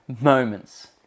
moments